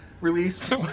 released